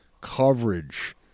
coverage